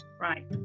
Right